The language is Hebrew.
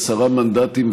עם עשרה מנדטים,